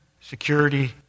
security